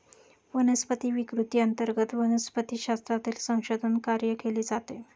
वनस्पती विकृती अंतर्गत वनस्पतिशास्त्रातील संशोधन कार्य केले जाते